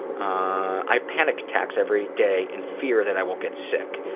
i have panic attacks every day in fear that i will get sick.